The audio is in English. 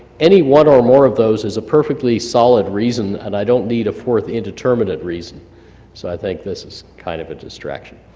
any one or more of those is a perfectly solid reason, and i don't need a fourth indeterminate reason, so i think this is kind of a distraction.